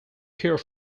care